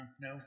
No